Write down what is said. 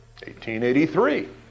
1883